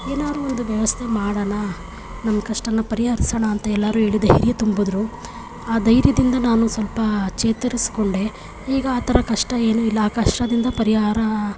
ಏನಾದರೂ ಒಂದು ವ್ಯವಸ್ಥೆ ಮಾಡೋಣ ನಮ್ಮ ಕಷ್ಟ ಪರಿಹರ್ಸೋಣ ಅಂತ ಎಲ್ಲರೂ ಹೇಳಿ ಧೈರ್ಯ ತುಂಬಿದ್ದರು ಆ ಧೈರ್ಯದಿಂದ ನಾನು ಸ್ವಲ್ಪ ಚೇತರಿಸ್ಕೊಂಡೆ ಈಗ ಆ ಥರ ಕಷ್ಟ ಏನೂ ಇಲ್ಲ ಆ ಕಷ್ಟದಿಂದ ಪರಿಹಾರ